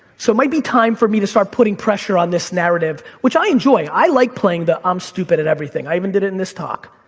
so it might be time for me to start putting pressure on this narrative, which i enjoy. i like playing the i'm stupid at everything, i even did it in this talk.